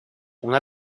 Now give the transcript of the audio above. una